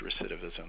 recidivism